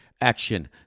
action